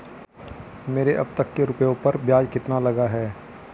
मेरे अब तक के रुपयों पर ब्याज कितना लगा है?